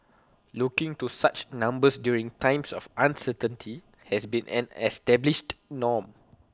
looking to such numbers during times of uncertainty has been an established norm